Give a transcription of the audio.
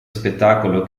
spettacolo